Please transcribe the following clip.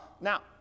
Now